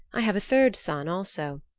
i have a third son also.